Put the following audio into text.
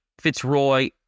Fitzroy